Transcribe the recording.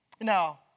Now